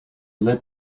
lit